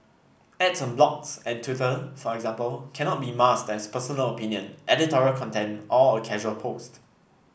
ads on blogs and Twitter for instance cannot be masked as personal opinion editorial content or a casual post